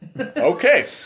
Okay